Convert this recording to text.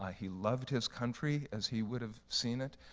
ah he loved his country, as he would have seen it.